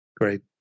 Great